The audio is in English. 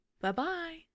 Bye-bye